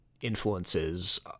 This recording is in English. influences